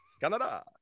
Canada